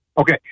Okay